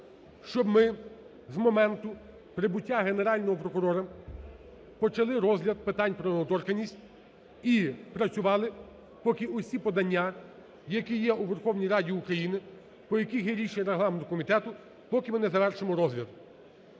щоб ми з моменту прибуття Генерального прокурора почали розгляд питань про недоторканність і працювали поки усі подання, які є у Верховній Раді України, по яких є рішення регламентного комітету, поки ми не завершимо розгляд.